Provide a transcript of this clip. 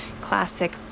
classic